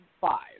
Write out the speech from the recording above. five